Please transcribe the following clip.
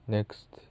Next